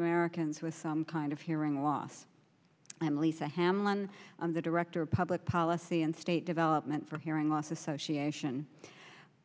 americans with some kind of hearing loss i'm lisa hamlin the director of public policy and state development for hearing loss association